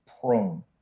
prone